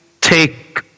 take